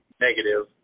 negative